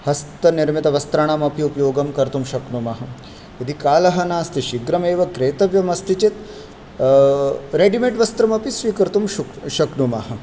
हस्तनिर्मितवस्त्राणामपि उपयोगं कर्तुं शक्नुमः यदि कालः नास्ति शीघ्रमेव क्रेतव्यमस्ति चेत् रेडिमेड् वस्त्रमपि स्वीकर्तुं शुक् शक्नुमः